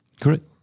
Correct